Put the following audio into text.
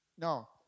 No